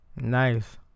Nice